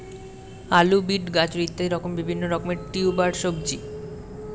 আলু, বিট, গাজর ইত্যাদি হচ্ছে বিভিন্ন রকমের টিউবার সবজি